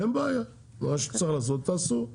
בסדר, אין בעיה, מה שצריך לעשות תעשו.